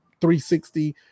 360